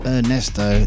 Ernesto